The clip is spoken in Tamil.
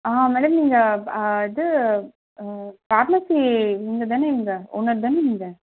ஆ மேடம் நீங்கள் இது ஃபார்மஸி இவங்கதான நீங்கள் ஓனர் தான நீங்கள்